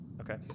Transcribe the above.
Okay